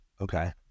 Okay